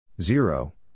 zero